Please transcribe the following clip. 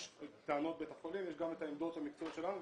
יש טענות בית החולים ויש גם את העמדות המקצועיות שלנו.